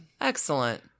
Excellent